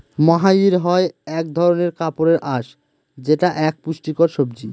মহাইর হয় এক ধরনের কাপড়ের আঁশ যেটা এক পুষ্টিকর সবজি